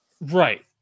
Right